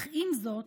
עם זאת,